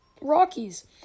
Rockies